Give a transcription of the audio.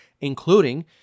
including